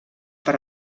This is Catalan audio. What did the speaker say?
per